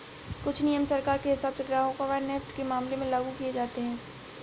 कुछ नियम सरकार के हिसाब से ग्राहकों पर नेफ्ट के मामले में लागू किये जाते हैं